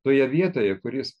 toje vietoje kur jis